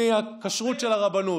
אני יודע כמה בורחים מהכשרות של הרבנות,